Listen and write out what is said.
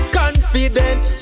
confident